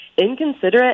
inconsiderate